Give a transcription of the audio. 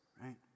right